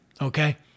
okay